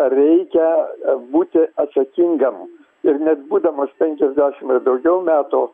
reikia būti atsakingam ir net būdamas penkiasdešim ir daugiau metų